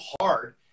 hard